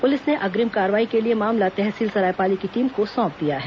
police ने अग्रिम कार्रवाई के लिए मामला तहसील सरायपाली की टीम को सौंप दिया है